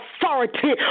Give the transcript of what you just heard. authority